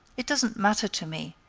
it doesn't matter to me,